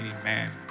amen